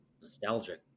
Nostalgic